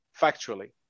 factually